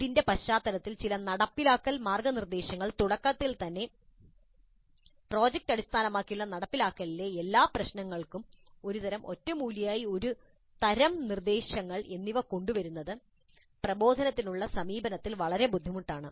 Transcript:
ഇതിന്റെ പശ്ചാത്തലത്തിൽ ചില നടപ്പാക്കൽ മാർഗ്ഗനിർദ്ദേശങ്ങൾ തുടക്കത്തിൽ തന്നെ പ്രോജക്റ്റ് അടിസ്ഥാനമാക്കിയുള്ള നടപ്പാക്കലിലെ എല്ലാ പ്രശ്നങ്ങൾക്കും ഒരു തരം ഒറ്റമൂലിയായി ഒരു തരം നിർദ്ദേശങ്ങൾ എന്നിവ കൊണ്ടുവരുന്നത് പ്രബോധനത്തിനുള്ള സമീപനത്തിൽ വളരെ ബുദ്ധിമുട്ടാണ്